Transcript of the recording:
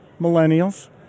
Millennials